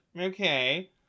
okay